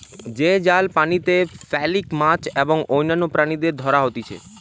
যে জাল পানিতে ফেলিকি মাছ এবং অন্যান্য প্রাণীদের ধরা হতিছে